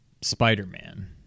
Spider-Man